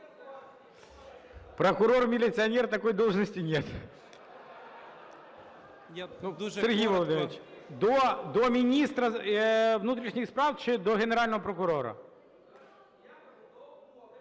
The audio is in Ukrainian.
Прокурор міліціонер – такой должности нет. Сергій Володимирович, до міністра внутрішніх справ чи до Генерального прокурора?